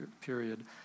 period